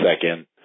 second